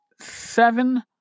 seven